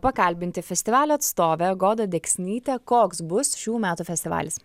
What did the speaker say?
pakalbinti festivalio atstovę godą deksnytę koks bus šių metų festivalis